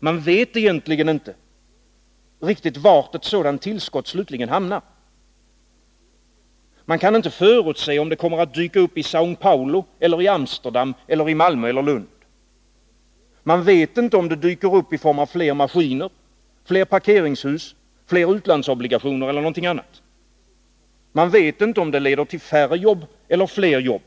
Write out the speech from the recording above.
Man vet egentligen inte riktigt var ett sådant tillskott slutligen hamnar. Man kan inte förutse om det kommer att dyka upp i Sao Paolo, i Amsterdam, i Malmö eller i Lund. Man vet inte om det dyker upp i form av fler maskiner, fler parkeringshus, fler utlandsobligationer eller något annat. Man vet inte om det leder till färre jobb eller fler jobb,